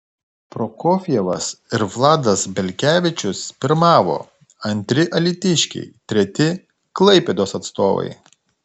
prokofjevas ir vladas belkevičius pirmavo antri alytiškiai treti klaipėdos atstovai